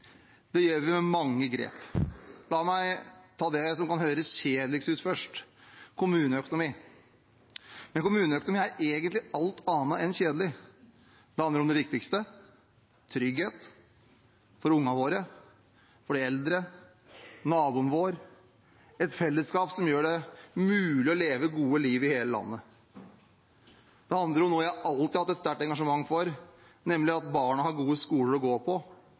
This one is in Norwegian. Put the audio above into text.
Det gjør vi med mange grep. La meg ta det som kan høres kjedeligst ut først: kommuneøkonomi. Kommuneøkonomi er egentlig alt annet enn kjedelig. Det handler om det viktigste: trygghet – for ungene våre, for de eldre, for naboen vår, et fellesskap som gjør det mulig å leve et godt liv i hele landet. Det handler om noe jeg alltid har hatt et sterkt engasjement for, nemlig at barna har gode skoler å gå